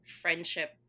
friendship